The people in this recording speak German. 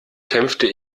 kämpfte